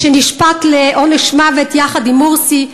שנשפט לעונש מוות יחד עם מורסי,